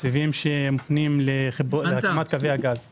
תקציבים שמופנים להקמת קווי הגז.